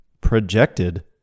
projected